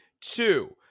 two